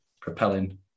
Propelling